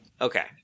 Okay